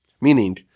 Meaning